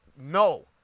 No